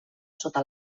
sota